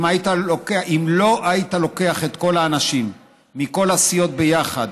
אם לא היית לוקח את כל האנשים מכל הסיעות ביחד